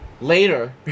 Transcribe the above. later